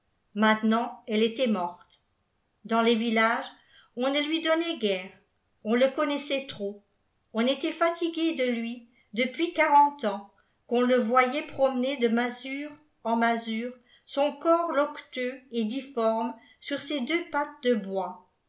maintenant elle était morte dans les villages on ne lui donnait guère on le connaissait trop on était fatigué de lui depuis quarante ans qu'on le voyait promener de masure en masure son corps loqueteux et difforme sur ses deux pattes de bois